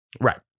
right